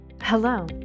Hello